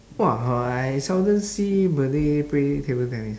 !wah! uh I seldom see malay play table tennis